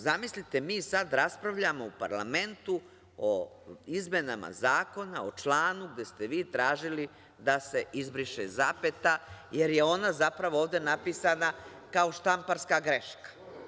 Zamislite mi sada raspravljamo u parlamentu izmenama zakona, o članu de ste tražili da se izbriše zapeta, jer je ona zapravo ovde napisana kao štamparska greška.